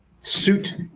suit